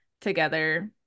together